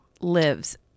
lives